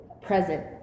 present